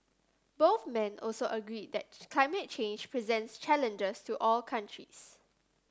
both men also agreed that climate change presents challenges to all countries